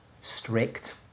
strict